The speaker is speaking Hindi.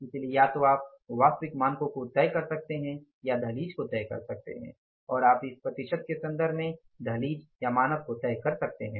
इसलिए या तो आप वास्तविक मानकों को तय कर सकते हैं या दहलीज़ को तय कर सकते हैं और आप इसे प्रतिशत के संदर्भ में दहलीज़ या मानक को तय कर सकते हैं